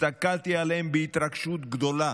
הסתכלתי עליהם בהתרגשות גדולה,